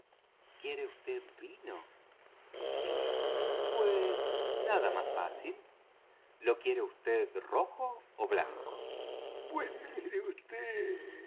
quiere vd vino le dije pues nada más fácil lo quiere vd rojo ó blanco pues